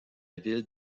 ville